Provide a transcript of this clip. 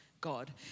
God